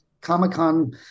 comic-con